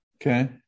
Okay